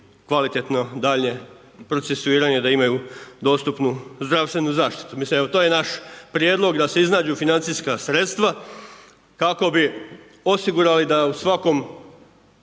kvalitetno daljnje procesuiranje da imaju dostupnu zdravstvenu zaštitu. Mislim to je naš prijedlog da se iznađu financijska sredstva, kako bi osigurali da u svakom,